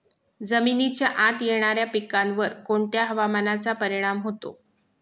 जमिनीच्या आत येणाऱ्या पिकांवर कोणत्या हवामानाचा परिणाम होतो?